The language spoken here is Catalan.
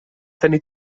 tenir